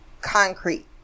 concrete